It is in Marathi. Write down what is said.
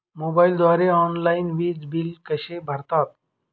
मोबाईलद्वारे ऑनलाईन वीज बिल कसे भरतात?